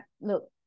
look